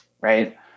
right